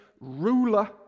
ruler